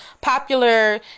popular